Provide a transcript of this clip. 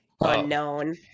unknown